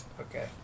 okay